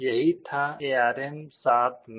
यही था एआरएम7 में